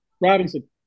Robinson